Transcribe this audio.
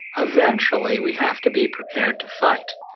eventually, we have to be prepared to fight.